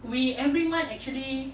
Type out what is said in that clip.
we every month actually